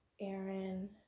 Aaron